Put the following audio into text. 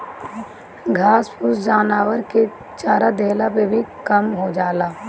घास फूस जानवरन के चरा देहले पर भी कम हो जाला